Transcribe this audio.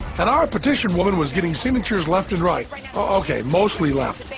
and our petition woman was getting signatures left and right. oh ok, mostly left.